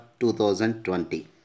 2020